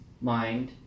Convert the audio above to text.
mind